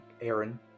aaron